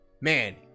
Man